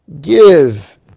Give